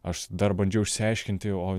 aš dar bandžiau išsiaiškinti o